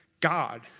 God